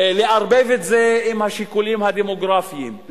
לערבב את זה עם השיקולים הדמוגרפיים,